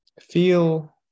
Feel